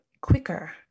quicker